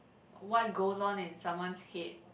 why goes on in someone's head